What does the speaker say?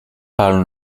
palnął